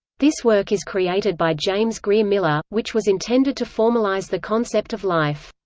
this work is created by james grier miller, which was intended to formalize the concept of life.